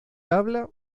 habla